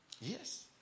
yes